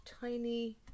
tiny